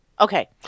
Okay